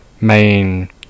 main